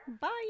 Bye